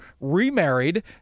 remarried